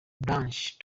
branch